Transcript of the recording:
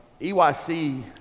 EYC